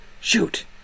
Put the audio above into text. shoot